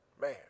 Man